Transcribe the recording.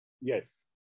Yes